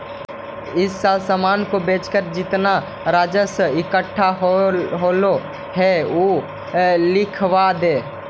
इस साल सामान को बेचकर जितना राजस्व इकट्ठा होलो हे उ लिखवा द